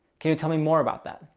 can you tell me more about that?